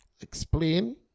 explain